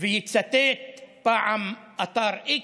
ויצטט פעם אתר x,